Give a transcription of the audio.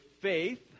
faith